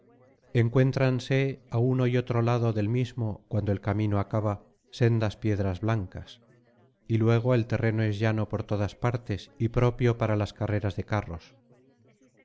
encuéntranse á uno y otro lado del mismo cuando el camino acaba sendas piedras blancas y luego el terreno es llano por todas partes y propio para las carreras de carros